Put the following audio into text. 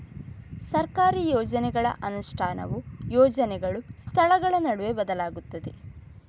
ಸರ್ಕಾರಿ ಯೋಜನೆಗಳ ಅನುಷ್ಠಾನವು ಯೋಜನೆಗಳು, ಸ್ಥಳಗಳ ನಡುವೆ ಬದಲಾಗುತ್ತದೆ